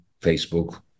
Facebook